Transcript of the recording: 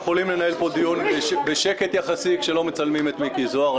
אנחנו יכולים לנהל פה דיון בשקט יחסי כשלא מצלמים את מיקי זוהר.